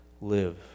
live